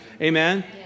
Amen